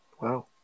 Wow